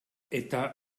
eta